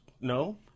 No